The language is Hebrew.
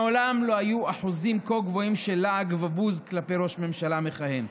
מעולם לא היו אחוזים כה גבוהים של לעג ובוז כלפי ראש ממשלה מכהן.